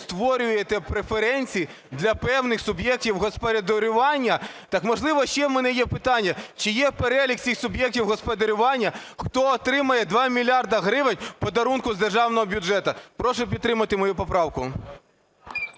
створюєте преференції для певних суб'єктів господарювання. Так, можливо, ще в мене є питання. Чи є перелік цих суб'єктів господарювання, хто отримає 2 мільярди гривень подарунку з Державного бюджету? Прошу підтримати мою поправку.